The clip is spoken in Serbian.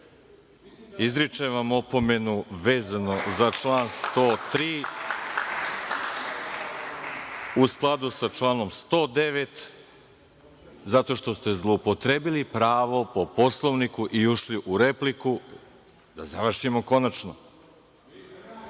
izričem vam opomenu vezano za član 103. u skladu sa članom 109. zato što ste zloupotrebili pravo po Poslovniku i ušli u repliku, da završimo konačno.(Goran